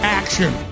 action